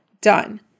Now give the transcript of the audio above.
Done